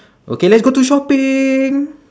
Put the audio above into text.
okay let's go to shopping